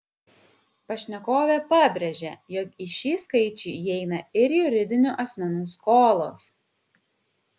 pašnekovė pabrėžia jog į šį skaičių įeina ir juridinių asmenų skolos